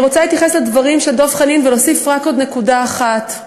אני רוצה להתייחס לדברים של דב חנין ולהוסיף רק עוד נקודה אחת,